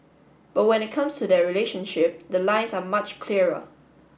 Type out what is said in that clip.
but when it comes to their relationship the lines are much clearer